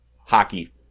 hockey